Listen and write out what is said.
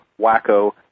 wacko